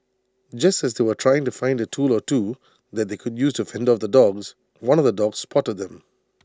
just as they were trying to find A tool or two that they could use to fend off the dogs one of the dogs spotted them